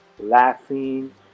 laughing